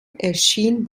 erschien